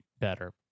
better